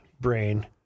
brain